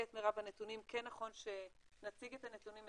את מרב הנתונים כן נכון שנציג את הנתונים,